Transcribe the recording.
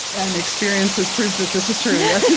and experience has proved that this is true, yes.